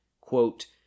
quote